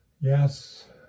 Yes